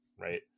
right